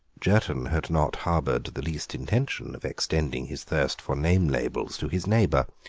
jerton had not harboured the least intention of extending his thirst for name-labels to his neighbour.